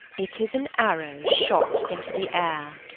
it is an arrow shot into the air.